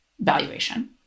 valuation